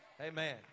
Amen